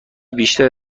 بیشتر